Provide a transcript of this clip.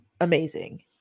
amazing